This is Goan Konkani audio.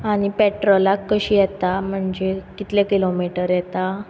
आनी पेट्रोलाक कशी येता म्हणजे कितले किलोमिटर येता